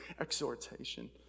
exhortation